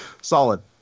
Solid